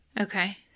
Okay